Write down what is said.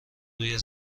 روی